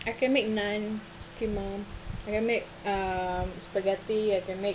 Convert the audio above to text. I can make naan K mum I can make um spaghetti I can make